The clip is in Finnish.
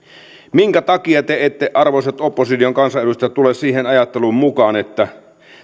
minkä takia te ette arvoisat opposition kansanedustajat tule siihen ajatteluun mukaan että